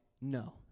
no